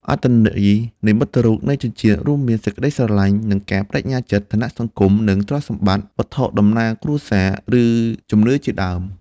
អត្ថន័យនិមិត្តរូបនៃចិញ្ចៀនរួមមាន សេចក្ដីស្រឡាញ់ និងការប្តេជ្ញាចិត្ត ឋានៈសង្គម និងទ្រព្យសម្បត្តិ វត្ថុតំណាងគ្រួសារ ឬជំនឿជាដើម។